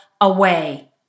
away